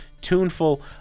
tuneful